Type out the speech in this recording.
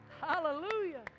Hallelujah